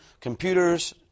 computers